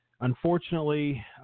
unfortunately